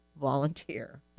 volunteer